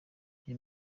uyu